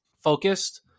focused